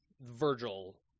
Virgil